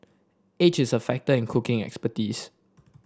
age is a factor in cooking expertise